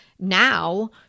Now